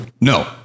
No